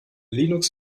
linux